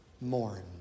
mourn